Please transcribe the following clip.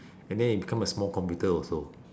and then it become a small computer also